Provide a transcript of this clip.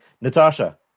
Natasha